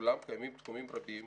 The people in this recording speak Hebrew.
אולם קיימים תחומים רבים